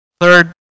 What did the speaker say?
Third